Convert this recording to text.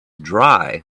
dry